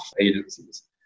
agencies